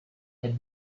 had